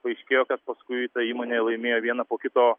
paaiškėjo kad paskui ta įmonė laimėjo vieną po kito